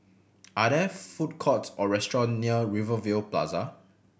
are there food courts or restaurant near Rivervale Plaza